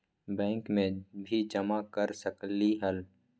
Bank में भी जमा कर सकलीहल?